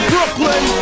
Brooklyn